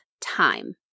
time